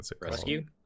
Rescue